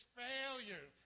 failure